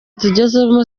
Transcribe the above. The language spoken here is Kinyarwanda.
tugezemo